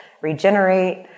regenerate